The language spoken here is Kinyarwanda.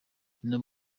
n’abo